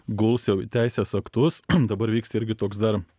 guls jau į teisės aktus dabar vyksta irgi toks dar